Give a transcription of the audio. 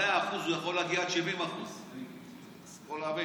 ה-100% יכול להגיע עד 70%. צריך פה להבין.